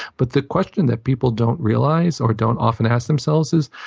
but the question that people don't realize or don't often ask themselves is,